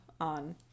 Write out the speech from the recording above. on